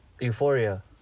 Euphoria